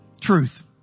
truth